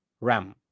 RAM